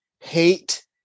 hate